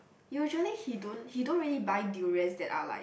usually he don't he don't really buy durians that are like